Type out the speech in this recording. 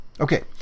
Okay